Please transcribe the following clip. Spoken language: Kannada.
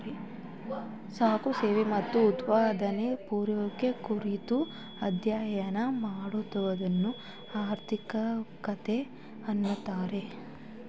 ಸರಕು ಸೇವೆ ಮತ್ತು ಉತ್ಪಾದನೆ, ಪೂರೈಕೆ ಕುರಿತು ಅಧ್ಯಯನ ಮಾಡುವದನ್ನೆ ಆರ್ಥಿಕತೆ ಅಂತಾರೆ